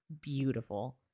beautiful